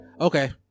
okay